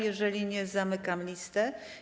Jeżeli nie, zamykam listę.